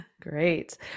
Great